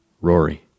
Rory